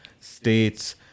states